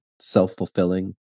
self-fulfilling